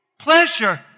Pleasure